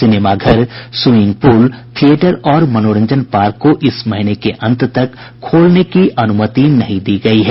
cinema घर swimming pool theatre और मनोरंजन पार्क को इस महीने के अंत तक खोलने की अनुमति नहीं दी गयी है